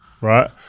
Right